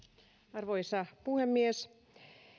arvoisa puhemies